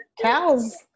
cows